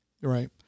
Right